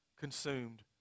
consumed